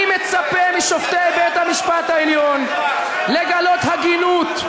אני מצפה משופטי בית-המשפט העליון לגלות הגינות,